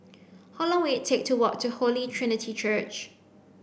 how long will it take to walk to Holy Trinity Church